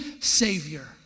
Savior